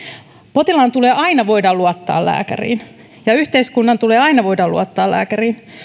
potilaan tulee aina voida luottaa lääkäriin ja yhteiskunnan tulee aina voida luottaa lääkäriin